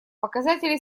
показатели